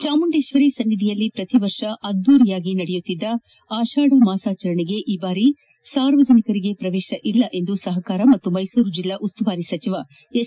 ಚಾಮುಂಡೇಶ್ವರಿ ಸನ್ನಿಧಿಯಲ್ಲಿ ಪ್ರತಿ ವರ್ಷ ಅದ್ದೂರಿಯಾಗಿ ನಡೆಯುತ್ತಿದ್ದ ಆಪಾಥ ಮಾಸಾಚರಣೆಗೆ ಈ ಬಾರಿ ಸಾರ್ವಜನಿಕ ಪ್ರವೇಶ ಇಲ್ಲ ಎಂದು ಸಹಕಾರ ಹಾಗೂ ಮೈಸೂರು ಜಿಲ್ಲಾ ಉಸ್ತುವಾರಿ ಸಚಿವ ಎಸ್